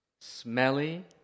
smelly